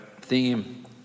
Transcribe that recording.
Theme